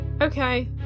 okay